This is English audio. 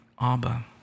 Abba